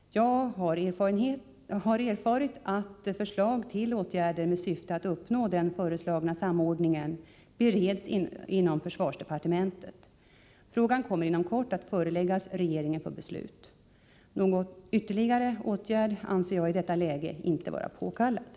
Jag har erfarit att förslag till åtgärder med syfte att uppnå den föreslagna samordningen bereds inom försvarsdepartementet. Frågan kommer inom kort att föreläggas regeringen för beslut. Någon ytterligare åtgärd anser jag i detta läge inte vara påkallad.